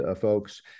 folks